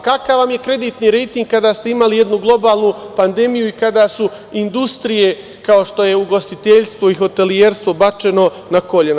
Kakav vam je kreditni rejting kada ste imali jednu globalnu pandemiju i kada su industrije kao što je ugostiteljstvo i hotelijerstvo bačeno na kolena?